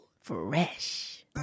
Fresh